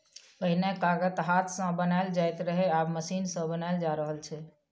पहिने कागत हाथ सँ बनाएल जाइत रहय आब मशीन सँ बनाएल जा रहल छै